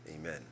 Amen